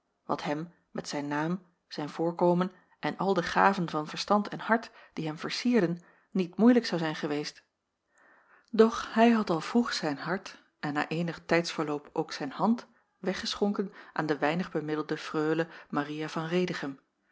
wat hem met zijn naam zijn voorkomen en al de gaven van verstand en hart die hem vercierden niet moeilijk zou zijn geweest doch hij had al vroeg zijn hart en na eenig tijdsverloop ook zijn hand weggeschonken aan de weinig bemiddelde freule maria van